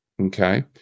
okay